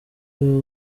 baba